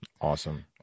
Awesome